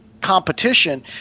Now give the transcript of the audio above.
competition